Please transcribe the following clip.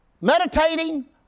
meditating